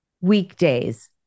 weekdays